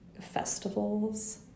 festivals